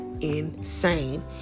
insane